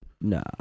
nah